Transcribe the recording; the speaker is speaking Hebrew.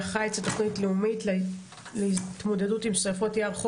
החיץ תוכנית לאומית להתמודדות עם שריפות יער,